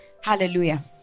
Hallelujah